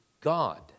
God